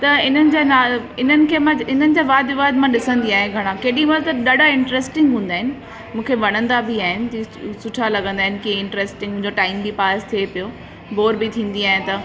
त इन्हनि जा नाल इन्हनि खे मां इन्हनि जा वाद विवाद मां ॾिसंदी आहियां घणा केॾी महिल त ॾाढा इंट्र्स्टिंग हूंदा आहिनि मूंखे वणंदा बि आहिनि सुठा लॻंदा आहिनि कि इंट्र्स्टिंग जो टाइम बि पास थिए पियो बॉर बि थींदी आहियां त